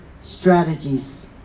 strategies